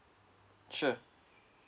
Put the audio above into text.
sure